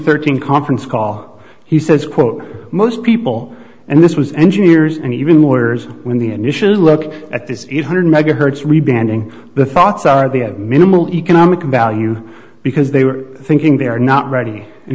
thirteen conference call he says quote most people and this was engineers and even lawyers when the initial look at this is one hundred megahertz rebranding the thoughts are the minimal economic value because they were thinking they're not ready and